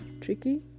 tricky